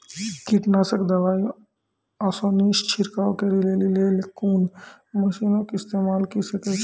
कीटनासक दवाई आसानीसॅ छिड़काव करै लेली लेल कून मसीनऽक इस्तेमाल के सकै छी?